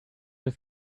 have